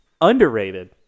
Underrated